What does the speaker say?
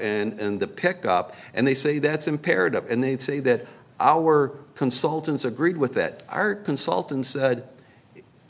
off and the pick up and they say that's imperative and they'd say that our consultants agreed with that our consultant said